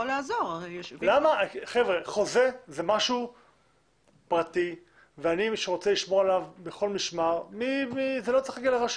חוזה זה משהו פרטי ולא צריך להגיע לרשויות.